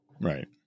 Right